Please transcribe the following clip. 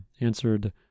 answered